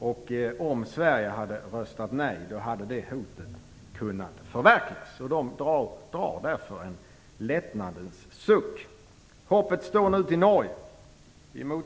Om Sverige hade röstat nej, hade det hotet kunna förverkligas. De drar därför en lättnadens suck. Hoppet står nu till Norge.